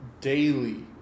daily